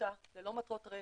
עמותה ללא מטרות רווח,